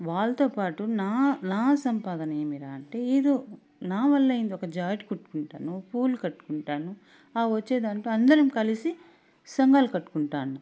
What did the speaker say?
వాళ్ళతో పాటు నా నా సంపాదన ఏమిరా అంటే ఎదో నా వల్ల అయింది ఒక జాట్ కుట్టుకుంటాను పూలు కట్టుకుంటాను ఆ వచ్చేదాంతో అందరం కలిసి సంఘాలు కట్టుకుంటాన్నం